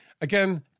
again